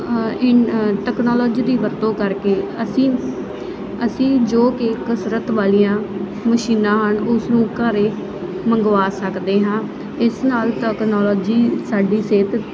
technology ਦੀ ਵਰਤੋਂ ਕਰਕੇ ਅਸੀਂ ਅਸੀਂ ਜੋ ਕਿ ਕਸਰਤ ਵਾਲੀਆਂ ਮਸ਼ੀਨਾਂ ਹਨ ਉਸਨੂੰ ਘਰ ਮੰਗਵਾ ਸਕਦੇ ਹਾਂ ਇਸ ਨਾਲ ਟੈਕਨਾਲੋਜੀ ਸਾਡੀ ਸਿਹਤ